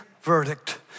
verdict